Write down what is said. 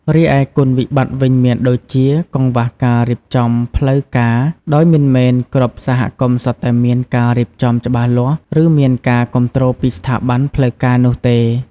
រីឯគុណវិបត្តិវិញមានដូចជា កង្វះការរៀបចំផ្លូវការ ដោយមិនមែនគ្រប់សហគមន៍សុទ្ធតែមានការរៀបចំច្បាស់លាស់ ឬមានការគាំទ្រពីស្ថាប័នផ្លូវការនោះទេ ។